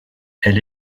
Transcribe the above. elle